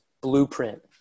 blueprint